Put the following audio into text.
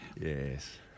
Yes